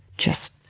just,